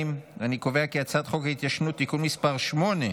חוק ההתיישנות (תיקון מס' 8,